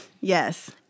Yes